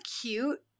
cute